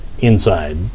Inside